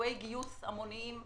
אירועי גיוס המוניים,